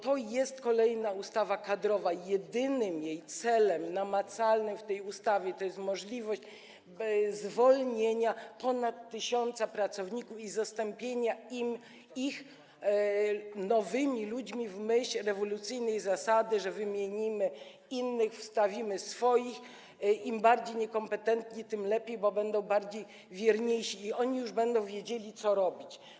To jest kolejna ustawa kadrowa i jedynym jej namacalnym celem jest możliwość zwolnienia ponad 1000 pracowników i zastąpienia ich nowymi ludźmi w myśl rewolucyjnej zasady, że wymienimy innych, wstawimy swoich, im bardziej niekompetentni, tym lepiej, bo będą wierniejsi, i oni już będą wiedzieli, co robić.